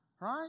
Right